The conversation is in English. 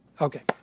Okay